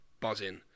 buzzing